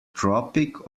tropic